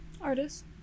Artist